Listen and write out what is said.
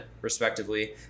respectively